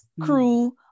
crew